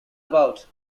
about